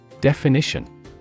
Definition